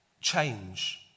change